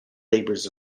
labors